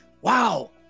Wow